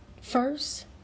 first